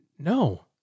No